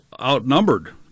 outnumbered